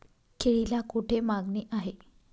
केळीला कोठे मागणी आहे?